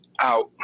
out